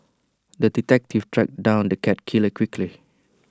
the detective tracked down the cat killer quickly